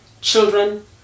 children